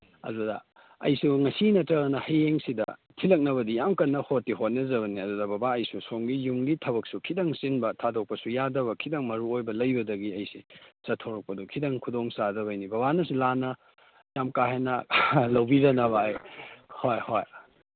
ꯑꯗꯨꯗ ꯑꯩꯁꯨ ꯉꯁꯤ ꯅꯠꯇ꯭ꯔꯒꯅ ꯍꯌꯦꯡꯁꯤꯗ ꯊꯤꯜꯂꯛꯅꯕꯗꯤ ꯌꯥꯝ ꯀꯟꯅ ꯍꯣꯠꯇꯤ ꯍꯣꯠꯅꯖꯕꯅꯤ ꯑꯗꯨꯗ ꯕꯕꯥ ꯑꯩꯁꯨ ꯁꯣꯝꯒꯤ ꯌꯨꯝꯒꯤ ꯊꯕꯛꯁꯨ ꯈꯤꯇꯪ ꯆꯤꯟꯕ ꯊꯥꯗꯣꯛꯄꯁꯨ ꯌꯥꯗꯕ ꯈꯤꯇꯪ ꯃꯔꯨ ꯑꯣꯏꯕ ꯂꯩꯕꯗꯒꯤ ꯑꯩꯁꯤ ꯆꯠꯊꯣꯔꯛꯄꯗꯨ ꯈꯤꯇꯪ ꯈꯨꯗꯣꯡ ꯆꯥꯗꯕꯩꯅꯤ ꯕꯕꯥꯅꯁꯨ ꯂꯥꯟꯅ ꯌꯥꯝ ꯀꯥ ꯍꯦꯟꯅ ꯂꯧꯕꯤꯗꯅꯕ ꯑꯩ ꯍꯣꯏ ꯍꯣꯏ